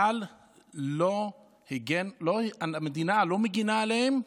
אבל המדינה לא מגינה עליהם,